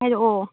ꯍꯥꯏꯔꯛꯑꯣ